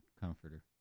comforter